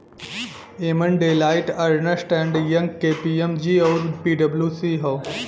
एमन Deloitte, Ernst and Young, KPMG आउर पी.डब्ल्यू.सी हौ